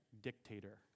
dictator